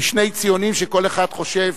כשני ציונים, שכל אחד חושב